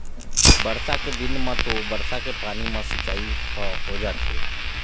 बरसा के दिन म तो बरसा के पानी म सिंचई ह हो जाथे